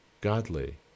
godly